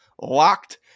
locked